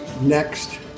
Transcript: next